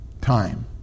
time